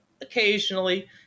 occasionally